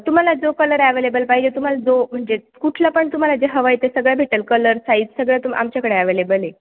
तुम्हाला जो colour available पाहिजे तुम्हाला जो म्हणजे कुठला पण तुम्हाला जे हवं आहे ते सगळं भेटेल कलर साईज सगळं तुम्ही आमच्याकडे ॲवेलेबल आहे